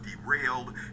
derailed